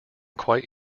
quite